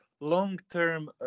long-term